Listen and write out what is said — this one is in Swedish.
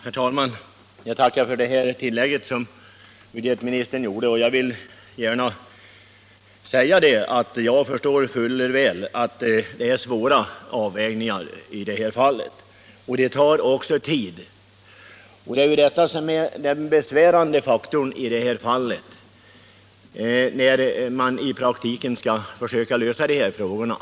retroaktivt sjukpen Herr talman! Jag tackar för det tillägg som budgetministern gjorde. = ningtillägg Jag förstår fuller väl att det är fråga om svåra avvägningar och att det tar tid att göra prövningarna. Det är just detta som är den besvärande faktorn när man i praktiken skall försöka lösa frågorna.